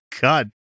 god